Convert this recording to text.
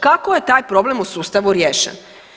Kako je taj problem u sustavu riješen?